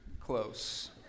close